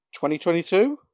2022